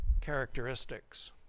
characteristics